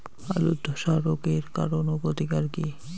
আলুর ধসা রোগের কারণ ও প্রতিকার কি?